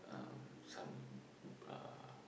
um some uh